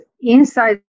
inside